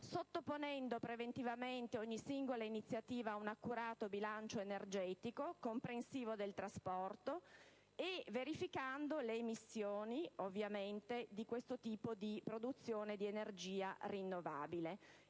sottoponendo preventivamente ogni singola iniziativa ad un accurato bilancio energetico comprensivo del trasporto e ovviamente verificando le emissioni di questo tipo di produzione di energia rinnovabile.